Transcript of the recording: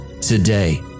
today